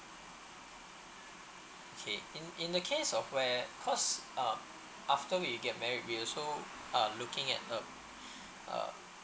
okay in in the case of where cause um after we get married we also uh looking at a uh